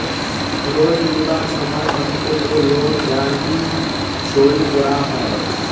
loan লিবার সময় অনেক ক্ষেত্রে লোন গ্যারান্টি সই করা হয়